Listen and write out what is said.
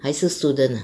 还是 student ah